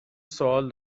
سوال